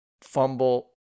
fumble